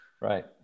Right